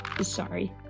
Sorry